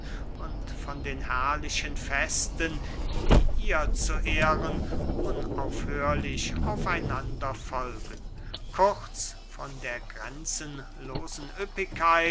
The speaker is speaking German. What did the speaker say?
und von den herrlichen festen die ihr zu ehren unaufhörlich auf einander folgen kurz von der grenzenlosen